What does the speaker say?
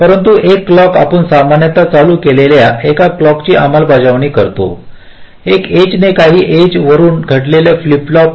परंतु एका क्लॉक आपण सामान्यत चालू केलेल्या एका क्लॉकची अंमलबजावणी करतो एका एजने काही एज वरुन घडलेला फ्लिप फ्लॉप